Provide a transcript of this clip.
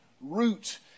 root